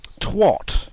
Twat